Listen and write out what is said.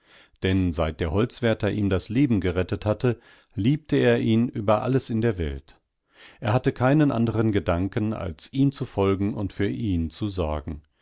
daßderholzwärterböseaufihnwerdensollte dennseit der holzwärter ihm das leben gerettet hatte liebte er ihn über alles in der welt er hatte keinen anderen gedanken als ihm zu folgen und für ihn zu sorgen